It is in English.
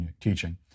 teaching